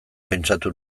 pentsatu